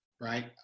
right